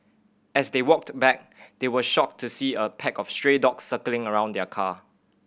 as they walked back they were shocked to see a pack of stray dog circling around their car